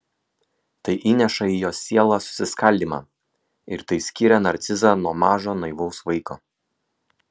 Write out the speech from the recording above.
tai įneša į jo sielą susiskaldymą ir tai skiria narcizą nuo mažo naivaus vaiko